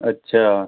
अच्छा